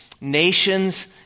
nations